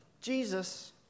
Jesus